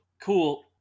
cool